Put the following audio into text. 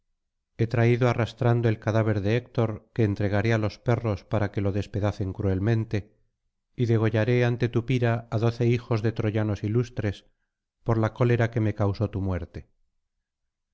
he traído arrastrando el cadáver de héctor que entregaré á los perros para que lo despedacen cruelmente y degollaré ante tu pira á doce hijos de troyanos ilustres por la cólera que me causó tu muerte